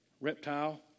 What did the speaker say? Reptile